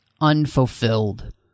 unfulfilled